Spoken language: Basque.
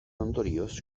ondorioz